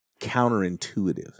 counterintuitive